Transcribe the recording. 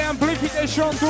Amplification